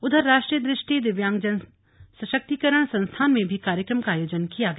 उधर राष्ट्रीय दृष्टि दिव्यांगजन सशक्तीकरण संस्थान में भी कार्यक्रम का आयोजन किया गया